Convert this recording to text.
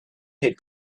had